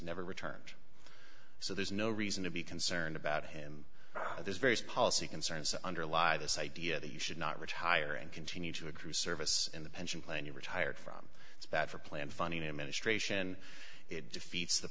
never returned so there's no reason to be concerned about him there's various policy concerns underlie this idea that you should not retire and continue to accrue service in the pension plan you retired from it